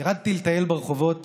ירדתי לטייל ברחובות